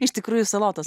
iš tikrųjų salotos